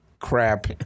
crap